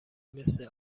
مثل